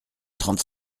trente